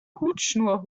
hutschnur